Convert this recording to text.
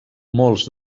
molts